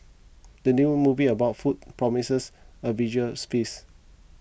the new movie about food promises a visual feast